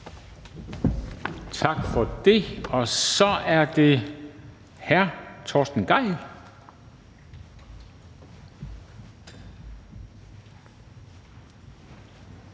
Tak for det. Så er det hr. Torsten Gejl,